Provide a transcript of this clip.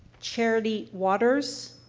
charity waters?